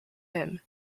him